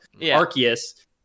Arceus